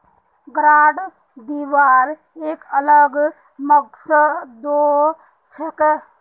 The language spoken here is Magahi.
ग्रांट दिबार एक अलग मकसदो हछेक